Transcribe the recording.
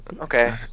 Okay